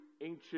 ancient